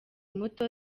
muto